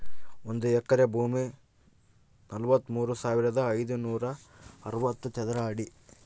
ಒಂದು ಎಕರೆ ಭೂಮಿ ನಲವತ್ಮೂರು ಸಾವಿರದ ಐನೂರ ಅರವತ್ತು ಚದರ ಅಡಿ